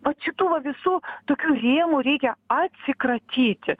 vat šitų va visų tokių rėmų reikia atsikratyti